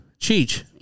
Cheech